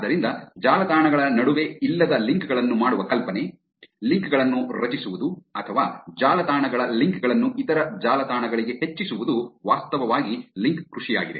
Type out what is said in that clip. ಆದ್ದರಿಂದ ಜಾಲತಾಣಗಳ ನಡುವೆ ಇಲ್ಲದ ಲಿಂಕ್ ಗಳನ್ನು ಮಾಡುವ ಕಲ್ಪನೆ ಲಿಂಕ್ ಗಳನ್ನು ರಚಿಸುವುದು ಅಥವಾ ಜಾಲತಾಣಗಳ ಲಿಂಕ್ ಗಳನ್ನು ಇತರ ಜಾಲತಾಣಗಳಿಗೆ ಹೆಚ್ಚಿಸುವುದು ವಾಸ್ತವವಾಗಿ ಲಿಂಕ್ ಕೃಷಿಯಾಗಿದೆ